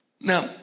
Now